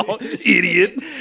Idiot